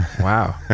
wow